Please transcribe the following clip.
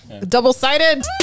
Double-sided